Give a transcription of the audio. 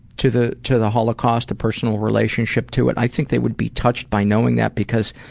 to the to the holocaust, a personal relationship to it, i think they would be touched by knowing that. because